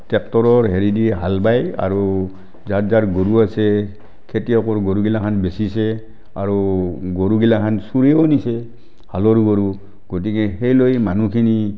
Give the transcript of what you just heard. টেক্টৰৰ হেৰি দি হাল বায় আৰু যাৰ যাৰ গৰু আছে খেতিয়কৰ গৰুগিলাখন বেচিছে আৰু গৰুগিলাখান চোৰেও নিছে হালৰ গৰু গতিকে সেই লৈ মানুহখিনি